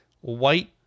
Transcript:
White